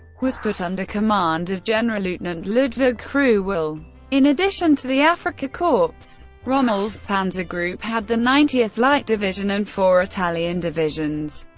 was put under command of generalleutnant ludwig cruwell. in addition to the afrika korps, rommel's panzer group had the ninetieth light division and four italian divisions,